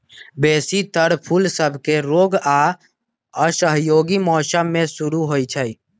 बेशी तर फूल सभके रोग आऽ असहयोगी मौसम में शुरू होइ छइ